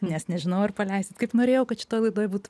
nes nežinojau ar paleisit kaip norėjau kad šitoj laidoj būtų